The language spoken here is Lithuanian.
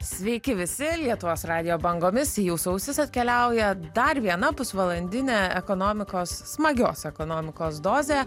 sveiki visi lietuvos radijo bangomis į jūsų ausis atkeliauja dar viena pus valandinė ekonomikos smagios ekonomikos dozė